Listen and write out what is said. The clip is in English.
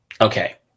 Okay